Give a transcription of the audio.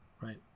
right